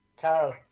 Carol